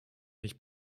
milch